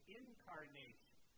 incarnation